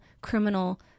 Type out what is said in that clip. criminal